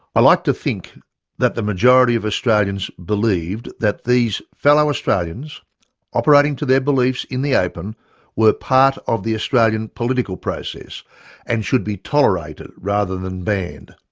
i like to think that the majority of australians believed that these fellow australians operating to their beliefs in the open is part of the australian political process and should be tolerated rather than banned,